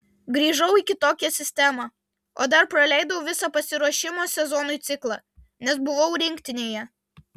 grįžau į kitokią sistemą o dar praleidau visą pasiruošimo sezonui ciklą nes buvau rinktinėje